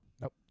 nope